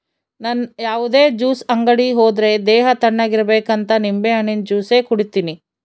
ನನ್ ಯಾವುದೇ ಜ್ಯೂಸ್ ಅಂಗಡಿ ಹೋದ್ರೆ ದೇಹ ತಣ್ಣುಗಿರಬೇಕಂತ ನಿಂಬೆಹಣ್ಣಿನ ಜ್ಯೂಸೆ ಕುಡೀತೀನಿ